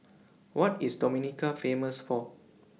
What IS Dominica Famous For